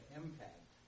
impact